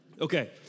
Okay